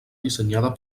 dissenyada